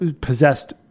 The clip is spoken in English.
possessed